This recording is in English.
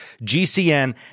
GCN